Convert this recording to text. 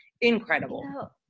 incredible